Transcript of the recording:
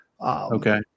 okay